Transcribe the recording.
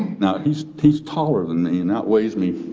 now, he's he's taller than me and outweighs me.